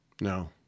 No